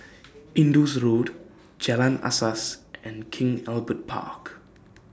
Indus Road Jalan Asas and King Albert Park